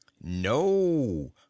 No